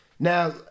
Now